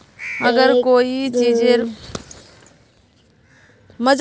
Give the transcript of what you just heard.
अगर कोई चीजेर पौधा बढ़वार बन है जहा ते की करूम?